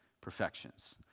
perfections